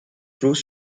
through